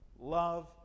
love